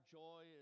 joy